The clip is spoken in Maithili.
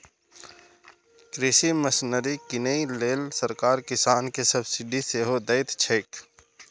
कृषि मशीनरी कीनै लेल सरकार किसान कें सब्सिडी सेहो दैत छैक